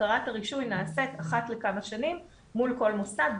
בקרת הרישוי נעשית אחת לכמה שנים מול כל מוסד,